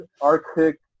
Arctic